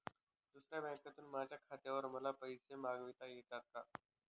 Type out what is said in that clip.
दुसऱ्या बँकेतून माझ्या खात्यावर मला पैसे मागविता येतात का?